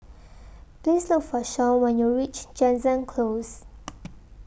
Please Look For Sean when YOU REACH Jansen Close